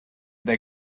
they